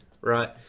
right